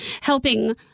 helping